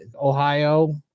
ohio